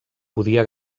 podia